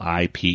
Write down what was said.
IP